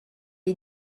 est